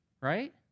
right